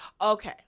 Okay